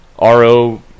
RO